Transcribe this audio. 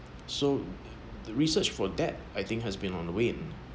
so the research for that I think has been on the vain